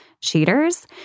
cheaters